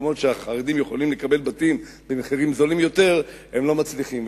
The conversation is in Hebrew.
במקומות שהחרדים יכולים לקבל בתים במחירים זולים יותר הם לא מצליחים,